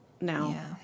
now